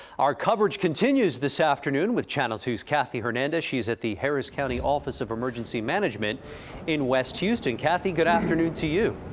our coverage continues this afternoon with channel two s cathy hernandez. she's at the harris county office of emergency management in west houston. cathy, good afternoon to you.